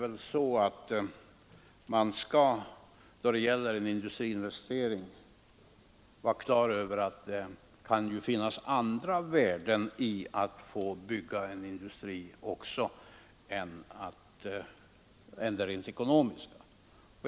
Men man skall vara på det klara med att uppbyggandet av en industri även kan vara förknippat med andra värden än de rent ekonomiska.